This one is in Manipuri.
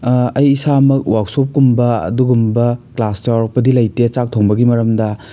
ꯑꯩ ꯏꯁꯥꯃꯛ ꯋꯥꯛꯁꯣꯞꯀꯨꯝꯕ ꯑꯗꯨꯒꯨꯝꯕ ꯀ꯭ꯂꯥꯁ ꯌꯥꯎꯔꯛꯄꯗꯤ ꯂꯩꯇꯦ ꯆꯥꯛ ꯊꯣꯡꯕꯒꯤ ꯃꯔꯝꯗ